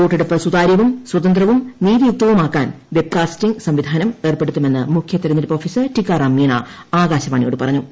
വോട്ടെടുപ്പ് സുതാര്യവും സ്പുതന്ത്രവും നീതിയുക്തവുമാക്കാൻ വെബ്കാസ്റ്റിംഗ് സുംപ്പിക്ക്ന്ം ഏർപ്പെടുത്തുമെന്ന് മുഖ്യ തെരഞ്ഞെടുപ്പ് ഓഫീസർ ടിക്കാറാര് മീണ് ആകാശവാണിയോട് പറഞ്ഞു